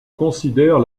considère